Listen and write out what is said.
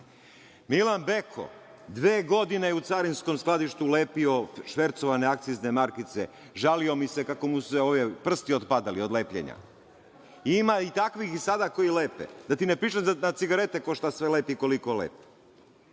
Beko, dve godine u carinskom skladištu lepio švercovane akcizne markice. Žalio mi se kako su mu prsti otpadali od lepljenja. Ima i takvih i sada koji lepe. Da ti ne pričam na cigarete ko šta sve lepi, koliko lepi.